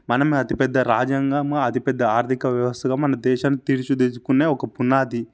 మనం అతి పెద్ద రాజ్యాంగం అతిపెద్ద ఆర్థిక వ్యవస్థగా మన దేశం తీర్చిదిద్దుకునే ఒక పునాది